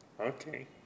Okay